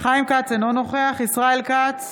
חיים כץ, אינו נוכח ישראל כץ,